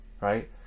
right